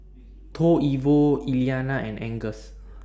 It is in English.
Toivo Iliana and Angus